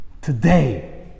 Today